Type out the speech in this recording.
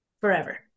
forever